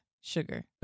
Sugar